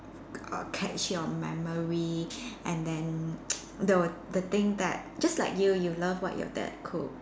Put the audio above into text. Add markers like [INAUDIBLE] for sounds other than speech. err catch you memory and then [NOISE] the the thing that just like you what you love your dad cook